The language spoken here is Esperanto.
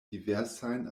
diversajn